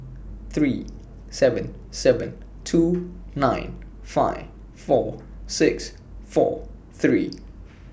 three seven seven two nine five four six four three